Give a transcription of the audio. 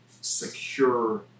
secure